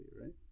right